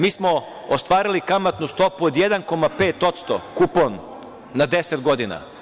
Mi smo ostvarili kamatnu stopu od 1,5%, kupon na 10 godina.